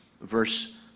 verse